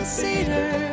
cedar